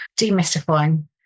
demystifying